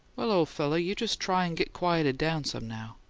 well, ole feller, you just try and get quieted down some now.